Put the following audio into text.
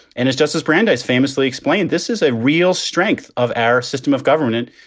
and as justice brandeis famously explained, this is a real strength of our system of government.